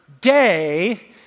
day